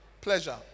pleasure